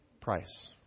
price